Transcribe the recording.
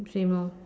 same lor